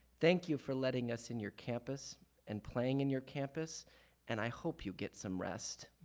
thank you for letting us in your campus and plain in your campus and i hope you get some rest.